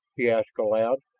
he asked aloud.